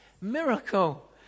miracle